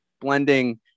blending